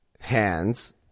hands